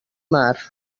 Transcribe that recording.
mar